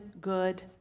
good